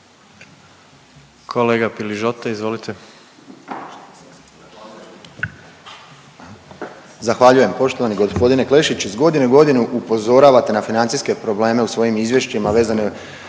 Kolega Piližota, izvolite.